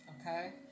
okay